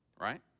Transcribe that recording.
right